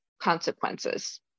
consequences